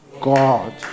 God